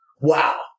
wow